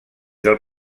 del